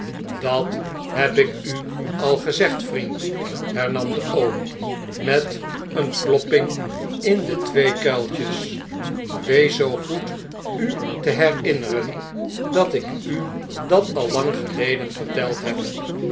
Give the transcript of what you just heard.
dat heb ik u al gezegd vriend hernam de oom met eene klopping in de twee kuiltjes wees zoo goed u te herinneren dat ik u dat al lang geleden verteld heb